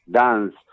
dance